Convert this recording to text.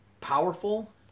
powerful